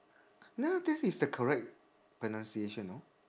no that is the correct pronunciation no